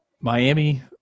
Miami